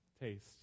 taste